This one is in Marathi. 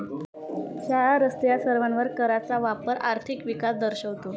शाळा, रस्ते या सर्वांवर कराचा वापर आर्थिक विकास दर्शवतो